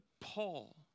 Paul